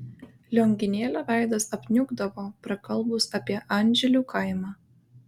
lionginėlio veidas apniukdavo prakalbus apie anžilių kaimą